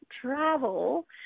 travel